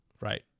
right